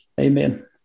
Amen